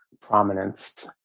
prominence